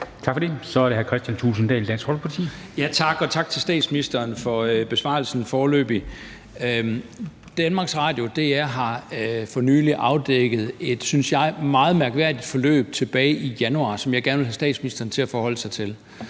Tak for det. Så er det hr. Kristian Thulesen Dahl, Dansk Folkeparti. Kl. 23:02 Kristian Thulesen Dahl (DF): Tak til statsministeren for besvarelsen foreløbig. Danmarks Radio har for nylig afdækket et, synes jeg, meget mærkværdigt forløb tilbage i januar, som jeg gerne vil have statsministeren til at forholde sig til.